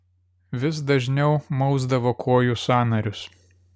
vis dažniau mausdavo kojų sąnarius